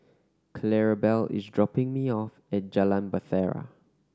Clarabelle is dropping me off at Jalan Bahtera